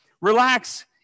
Relax